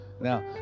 Now